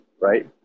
right